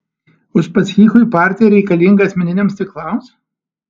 uspaskichui partija reikalinga asmeniniams tikslams